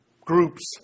groups